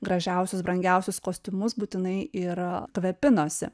gražiausius brangiausius kostiumus būtinai ir kvepinosi